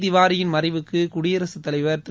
திவாரியின் மறைவுக்கு குடியரகத்தலைவர் திரு